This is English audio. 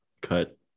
cut